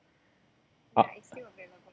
uh